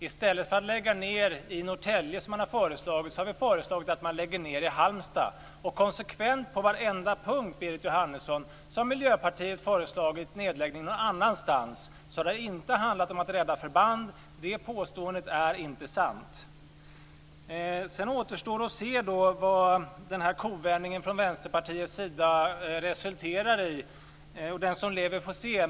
I stället för att lägga ned i Norrtälje som man har föreslagit har vi föreslagit att man lägger ned i Halmstad. Konsekvent på varenda punkt, Berit Jóhannesson, har Miljöpartiet föreslagit nedläggning någon annanstans. Men det har inte handlat om att rädda förband. Det påståendet är inte sant. Sedan återstår att se vad kovändningen från Vänsterpartiet resulterar i. Den som lever får se.